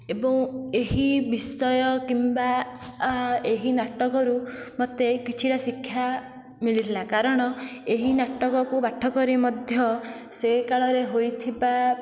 ଏବଂ ଏହି ବିଷୟ କିମ୍ବା ଏହି ନାଟକରୁ ମୋତେ କିଛିଟା ଶିକ୍ଷା ମିଳିଥିଲା କାରଣ ଏହି ନାଟକକୁ ପାଠ କରି ମଧ୍ୟ ସେ କାଳରେ ହୋଇଥିବା